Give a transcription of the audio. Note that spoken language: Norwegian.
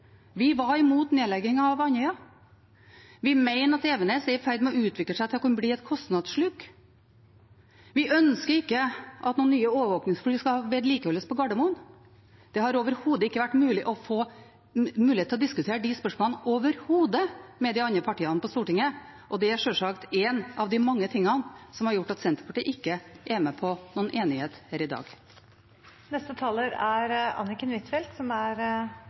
Vi var imot nedleggingen av Andøya flystasjon. Vi mener at Evenes er i ferd med å utvikle seg til å bli et kostnadssluk. Vi ønsker ikke at noen nye overvåkingsfly skal vedlikeholdes på Gardermoen. Det har overhodet ikke vært mulig å diskutere disse spørsmålene med de andre partiene på Stortinget. Det er sjølsagt én av de mange tingene som har gjort at Senterpartiet ikke er med på noen enighet her i dag. Det er ofte sagt om norsk utenriks- og forsvarsdebatt at det som skiller denne debatten fra alle andre politikkområder, er